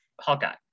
Hawkeye